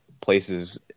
places